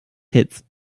hits